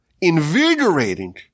invigorating